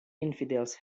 infidels